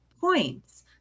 points